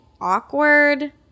awkward